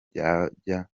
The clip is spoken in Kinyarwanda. byajya